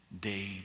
day